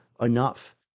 enough